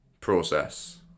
Process